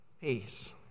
peace